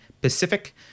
Pacific